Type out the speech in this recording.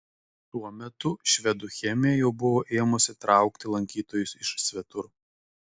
tuo metu švedų chemija jau buvo ėmusi traukti lankytojus iš svetur